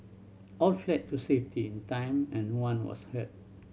all fled to safety in time and one was hurt